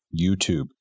YouTube